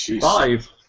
Five